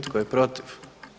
Tko je protiv?